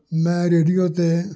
ਮੈਂ ਰੇਡੀਓ 'ਤੇ